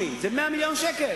180. 180. זה 100 מיליון שקל.